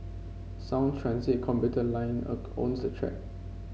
Sound Transit commuter line own the track